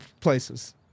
places